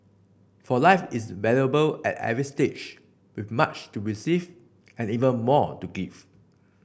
for life is valuable at every stage with much to receive and even more to give